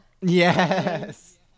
yes